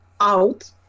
out